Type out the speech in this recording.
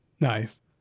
Nice